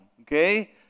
Okay